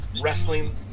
wrestling